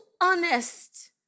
honest